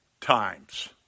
times